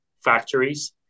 factories